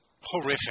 horrific